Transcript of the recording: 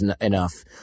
enough